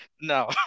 No